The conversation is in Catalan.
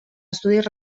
estudis